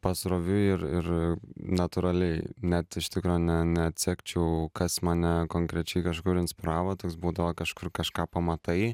pasroviui ir ir natūraliai net iš tikro ne neatsekčiau kas mane konkrečiai kažkur inspiravo toks būdavo kažkur kažką pamatai